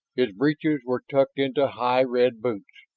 his breeches were tucked into high red boots,